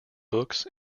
books